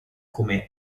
come